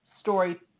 story